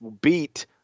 beat